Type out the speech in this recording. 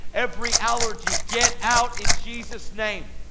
every allergy, get out in jesus name.